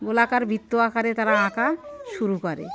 গোলাকার বৃত্ত আকারে তারা আঁকা শুরু করে